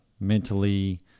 mentally